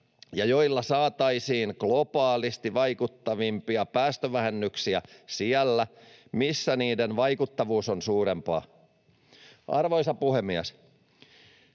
ja joilla saataisiin globaalisti vaikuttavimpia päästövähennyksiä siellä, missä niiden vaikuttavuus on suurempaa. Arvoisa puhemies!